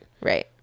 Right